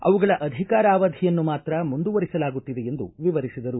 ಅವುಗಳ ಅಧಿಕಾರಾವಧಿಯನ್ನು ಮಾತ್ರ ಮುಂದುವರಿಸಲಾಗುತ್ತಿದೆ ಎಂದು ವಿವರಿಸಿದರು